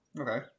Okay